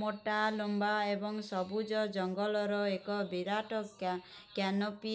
ମୋଟା ଲମ୍ବା ଏବଂ ସବୁଜ ଜଙ୍ଗଲର ଏକ ବିରାଟ କ୍ୟାନୋପି